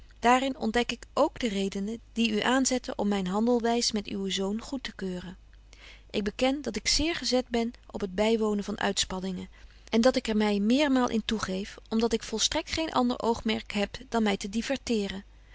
in ontdek ik k de redenen die u aanzetten om myn handelwys met uwen zoon goed te keuren ik beken dat ik zeer gezet ben op het bywonen van uitspanningen en dat ik er my meermaal in toegeef om dat ik volstrekt geen ander oogmerk heb dan my te diverteeren